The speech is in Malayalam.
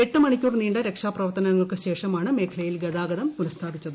എട്ട് മണിക്കൂർ നീണ്ട രക്ഷാ പ്രവർത്തനത്തിനൊടുവിലാണ് മേഖലയിൽ ഗതാഗതം പുനസ്ഥാപിച്ചത്